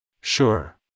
Sure